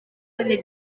unig